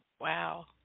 Wow